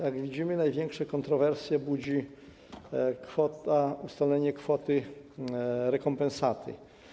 Jak widzimy, największe kontrowersje budzi ustalenie kwoty rekompensaty.